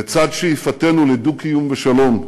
בצד שאיפתנו לדו-קיום ושלום,